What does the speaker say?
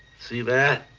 see that?